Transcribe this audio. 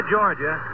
Georgia